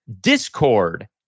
Discord